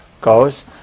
Goes